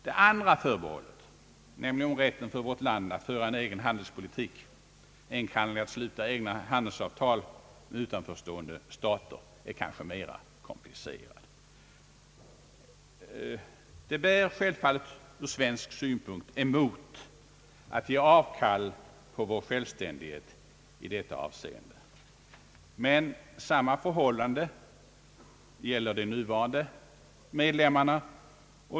Det andra förbehållet nämligen om rätten för vårt land att föra en egen handelspolitik, enkannerligen att sluta egna handelsavtal med utanförstående stater, är kanske mera komplicerat. Det bär självfallet ur svensk synpunkt emot att ge avkall på landets självständighet i detta avseende. Men samma förhållande gäller de nuvarande medlemmarna.